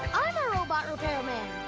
i'm a robot repairman!